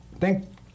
Thank